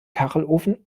kachelofen